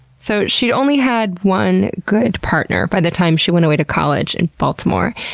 so, she'd only had one good partner by the time she went away to college in baltimore,